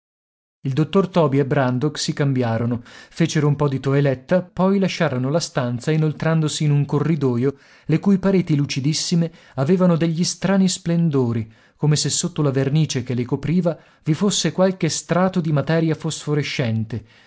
il dottor toby e brandok si cambiarono fecero un po di toeletta poi lasciarono la stanza inoltrandosi in un corridoio le cui pareti lucidissime avevano degli strani splendori come se sotto la vernice che le copriva vi fosse qualche strato di materia fosforescente